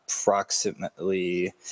approximately